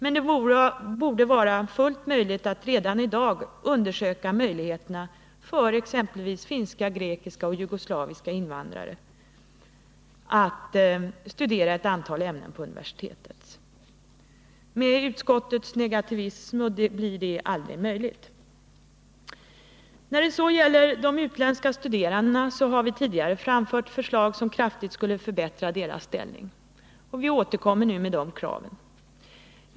Men det borde vara fullt möjligt att redan i dag undersöka exempelvis finska, grekiska och jugoslaviska invandrares förutsättningar att studera ett antal ämnen vid universiteten. Med utskottets negativism blir detta aldrig möjligt. Vi har tidigare framfört förslag, som kraftigt skulle förbättra de utländska studerandenas ställning. Vi återkommer nu med dessa krav.